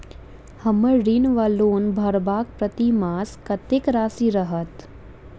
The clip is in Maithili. हम्मर ऋण वा लोन भरबाक प्रतिमास कत्तेक राशि रहत?